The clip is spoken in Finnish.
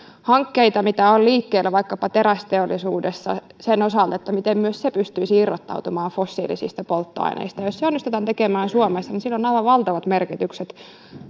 hankkeita joita on liikkeellä vaikkapa terästeollisuudessa sen osalta miten myös se pystyisi irrottautumaan fossiilisista polttoaineista jos se onnistutaan tekemään suomessa niin sillä on aivan valtavat merkitykset